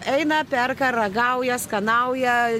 eina perka ragauja skanauja